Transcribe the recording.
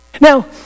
Now